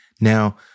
Now